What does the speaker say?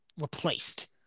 replaced